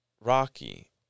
Rocky